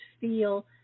feel